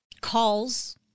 calls